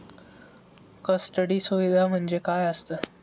Custody सुविधा म्हणजे काय असतं?